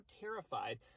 terrified